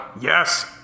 Yes